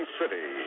city